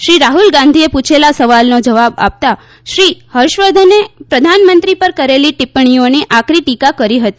શ્રી રાફલ ગાંધીએ પૂછેલા સવાલનો જવાબ આપતાં શ્રી હર્ષવર્ધને પ્રધાનમંત્રી પર કરેલી ટીપ્પણીઓની આકરી ટીકા કરી હતી